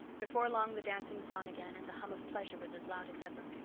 before long the dancing was on again and the hum of pleasure was as loud as ever.